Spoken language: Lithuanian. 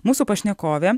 mūsų pašnekovė